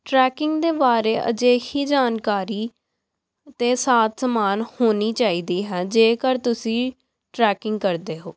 trekking ਦੇ ਬਾਰੇ ਅਜਿਹੀ ਜਾਣਕਾਰੀ ਅਤੇ ਸਾਜ ਸਮਾਨ ਹੋਣੀ ਚਾਹੀਦੀ ਹੈ ਜੇਕਰ ਤੁਸੀਂ ਟਰੈਕਿੰਗ ਕਰਦੇ ਹੋ